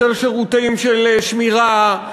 יותר שירותים של שמירה,